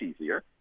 easier